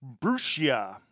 Brucia